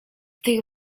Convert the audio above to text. tych